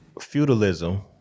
Feudalism